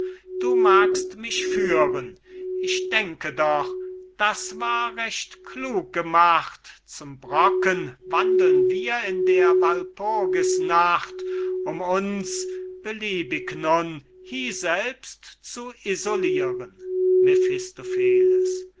du magst mich führen ich denke doch das war recht klug gemacht zum brocken wandlen wir in der walpurgisnacht um uns beliebig nun hieselbst zu isoliren